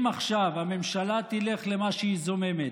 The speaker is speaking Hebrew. אם עכשיו הממשלה תלך למה שהיא זוממת,